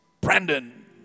Brandon